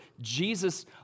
Jesus